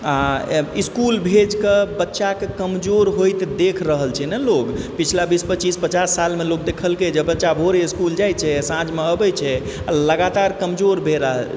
इसकुल भेजकऽ बच्चा होइत देखि रहल छै ने लोग पछिला बीस पच्चीस पचास सालमे लोग देखलकय जे बच्चा भोरे इसकुल जाइत छै आ साँझमे अबैत छै आ लगातार कमजोर